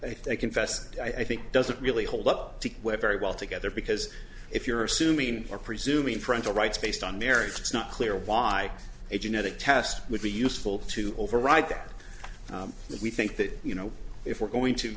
think confessed i think doesn't really hold up to wear very well together because if you're assuming or presuming parental rights based on marriage it's not clear why a genetic test would be useful to override if we think that you know if we're going to